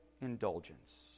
indulgence